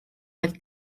oedd